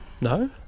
No